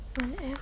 Whenever